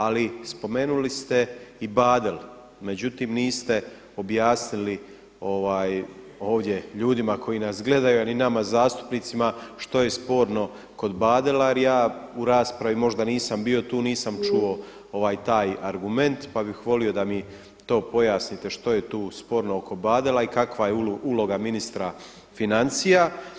Ali spomenuli ste i Badel, međutim niste objasnili ovdje ljudima koji nas gledaju a ni nama zastupnicima što je sporno kod Badela jer ja u raspravi možda nisam bio tu, nisam čuo taj argument pa bih volio da mi to pojasnite što je tu sporno oko Badela i kakva je uloga ministra financija.